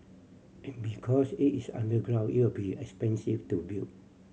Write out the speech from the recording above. and because it is underground it will be expensive to build